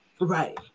right